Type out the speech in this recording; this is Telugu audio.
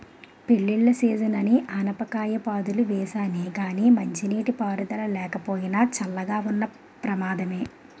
పెళ్ళిళ్ళ సీజనని ఆనపకాయ పాదులు వేసానే గానీ మంచినీటి పారుదల లేకపోయినా, చల్లగా ఉన్న ప్రమాదమే